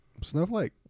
snowflake